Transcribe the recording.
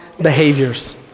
behaviors